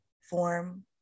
form